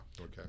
okay